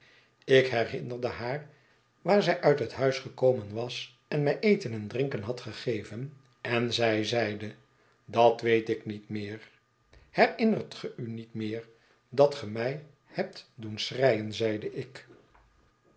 ik herinnerde haar waar zij uit het huis gekomen was en mij eten en drinken had gegeven en zij zeide dat weet ik niet meer herinnert ge u niet meer dat ge mij hebt doen schreien zeide ik